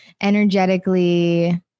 energetically